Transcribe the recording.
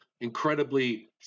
incredibly